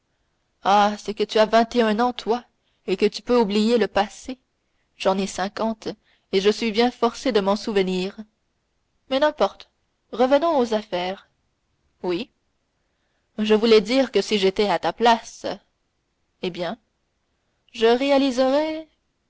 ah c'est que tu as vingt et un ans toi et que tu peux oublier le passé j'en ai cinquante et je suis bien forcé de m'en souvenir mais n'importe revenons aux affaires oui je voulais dire que si j'étais à ta place eh bien je réaliserais